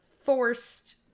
forced